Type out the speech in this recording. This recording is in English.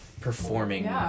performing